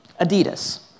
Adidas